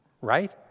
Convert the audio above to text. Right